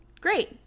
great